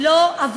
עבר